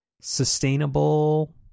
sustainable